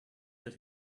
that